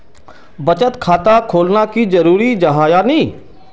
बचत खाता खोलना की जरूरी जाहा या नी?